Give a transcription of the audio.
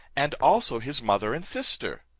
and also his mother and sister.